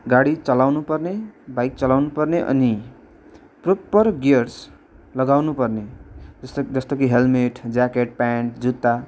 गाडी चलाउनु पर्ने बाइक चलाउनु पर्ने अनि प्रोपर गियर्स लगाउनु पर्ने जस्तो कि हेलमेट ज्याकेट पेन्ट जुत्ता